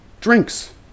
drinks